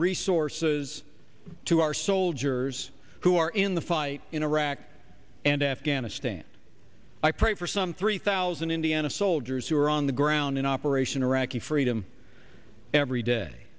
resources to our soldiers who are in the fight in iraq and afghanistan i pray for some three thousand indiana soldiers who are on the ground in operation iraqi freedom every day